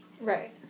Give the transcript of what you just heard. Right